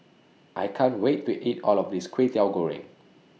I can't Wait to eat All of This Kwetiau Goreng